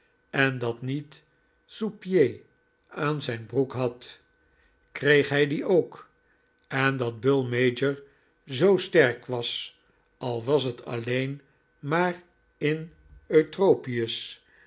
en dat neat souspieds aan zijn broek had kreeg hij die ook en dat bull major zoo sterk was al was het alleen maar in eutropius